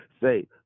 Say